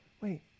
Wait